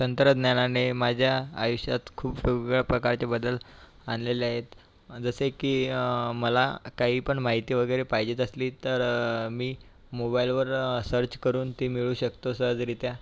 तंत्रज्ञानाने माझ्या आयुष्यात खूप वेगवेगळ्या प्रकारचे बदल आणलेले आहेत जसे की मला काही पण माहिती वगैरे पाहिजेच असली तर मी मोबाईलवर सर्च करून ती मिळू शकतो सहजरीत्या